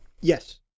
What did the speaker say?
yes